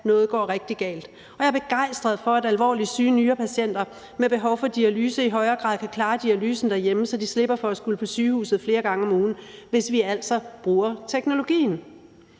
noget går rigtig galt, og jeg er begejstret for, at alvorligt syge nyrepatienter med behov for dialyse i højere grad kan klare dialysen derhjemme, så de slipper for at skulle på sygehuset flere gange om ugen, hvis vi altså bruger teknologien.